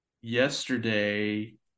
yesterday